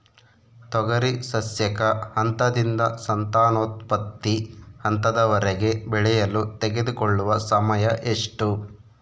ತೊಗರಿ ಸಸ್ಯಕ ಹಂತದಿಂದ ಸಂತಾನೋತ್ಪತ್ತಿ ಹಂತದವರೆಗೆ ಬೆಳೆಯಲು ತೆಗೆದುಕೊಳ್ಳುವ ಸಮಯ ಎಷ್ಟು?